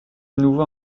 nouveau